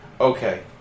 okay